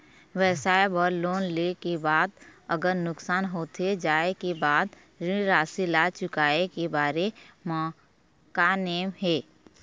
व्यवसाय बर लोन ले के बाद अगर नुकसान होथे जाय के बाद ऋण राशि ला चुकाए के बारे म का नेम हे?